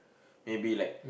maybe like